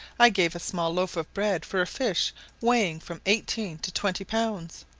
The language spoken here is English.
i gave a small loaf of bread for a fish weighing from eighteen to twenty pounds.